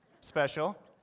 special